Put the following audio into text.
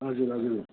हजुर हजुर